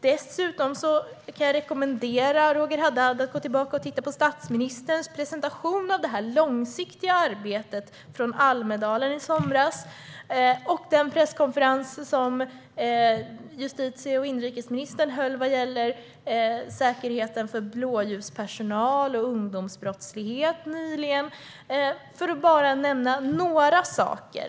Dessutom kan jag rekommendera Roger Haddad att titta på statsministerns presentation av det här långsiktiga arbetet från Almedalen i somras och den presskonferens som justitieministern och inrikesministern nyligen höll om säkerheten för blåljuspersonal och om ungdomsbrottslighet, för att bara nämna några saker.